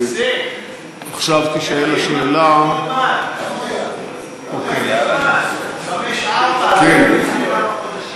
ההצעה להעביר את הנושא לוועדת הכלכלה נתקבלה.